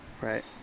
Right